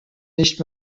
nicht